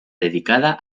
dedicada